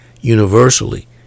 universally